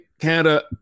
Canada